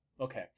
okay